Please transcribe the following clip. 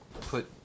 put